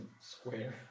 square